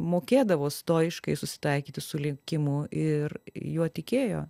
mokėdavo stoiškai susitaikyti su likimu ir juo tikėjo